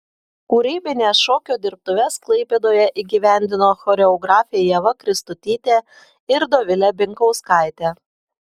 kūrybines šokio dirbtuves klaipėdoje įgyvendino choreografė ieva kristutytė ir dovilė binkauskaitė